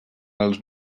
els